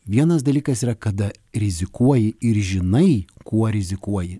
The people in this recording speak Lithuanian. vienas dalykas yra kada rizikuoji ir žinai kuo rizikuoji